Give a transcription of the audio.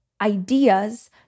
ideas